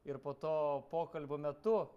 ir po to pokalbio metu